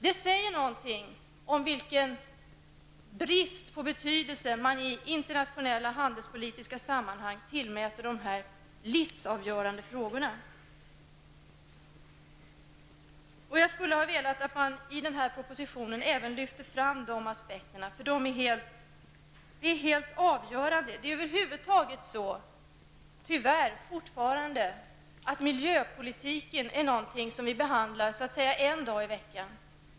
Detta säger något om den betydelse, eller brist på betydelse, som man i internationella handelspolitiska sammanhang tillmäter dessa livsavgörande frågor. Jag hade önskat att man även i denna proposition hade lyft fram dessa aspekter, eftersom de är helt avgörande. Det är över huvud taget fortfarande så, att miljöpolitik är någonting som vi behandlar en dag i veckan.